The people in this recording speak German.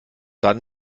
dann